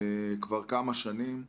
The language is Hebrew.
כבר כמה שנים היא